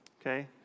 okay